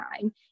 time